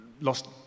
lost